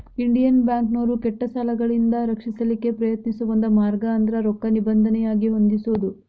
Indian ಬ್ಯಾಂಕ್ನೋರು ಕೆಟ್ಟ ಸಾಲಗಳಿಂದ ರಕ್ಷಿಸಲಿಕ್ಕೆ ಪ್ರಯತ್ನಿಸೋ ಒಂದ ಮಾರ್ಗ ಅಂದ್ರ ರೊಕ್ಕಾ ನಿಬಂಧನೆಯಾಗಿ ಹೊಂದಿಸೊದು